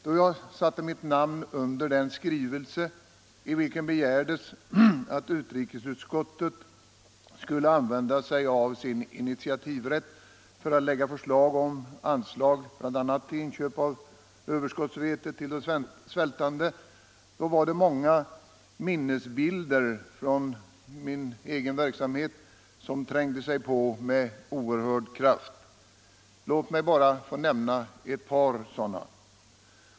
Då jag satte mitt namn under den skrivelse i vilken begärdes att utrikesutskottet skulle använda sin initiativrätt för att lägga fram förslag om anslag bl.a. till inköp av överskottsvetet till de svältande var det många minnesbilder från min egen verksamhet som trängde sig på med oerhörd kraft. Låt mig här bara få nämna ett par sådana.